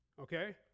okay